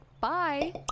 bye